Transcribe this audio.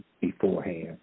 beforehand